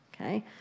Okay